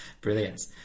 Brilliant